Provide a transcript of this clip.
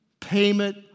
payment